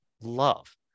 love